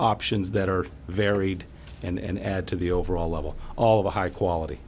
options that are varied and add to the overall level of the high quality